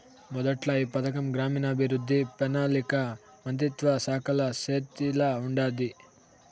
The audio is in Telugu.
మొదట్ల ఈ పథకం గ్రామీణాభవృద్ధి, పెనాలికా మంత్రిత్వ శాఖల సేతిల ఉండాది